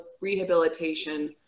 Rehabilitation